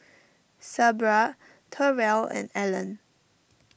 Sabra Terrell and Ellen